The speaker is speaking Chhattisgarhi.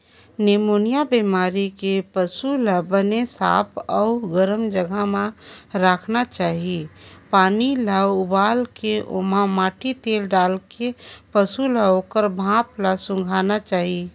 निमोनिया बेमारी के पसू ल बने साफ अउ गरम जघा म राखना चाही, पानी ल उबालके ओमा माटी तेल डालके पसू ल ओखर भाप ल सूंधाना चाही